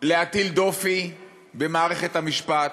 להטיל דופי במערכת המשפט,